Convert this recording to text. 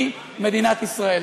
היא מדינת ישראל.